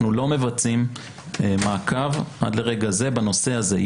אנחנו לא מבצעים מעקב עד לרגע זה בנושא הזה.